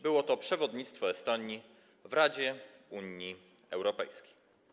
Było to przewodnictwo Estonii w Radzie Unii Europejskiej.